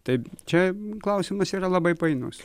tai čia klausimas yra labai painus